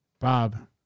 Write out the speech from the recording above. Bob